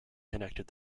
connected